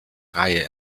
reihe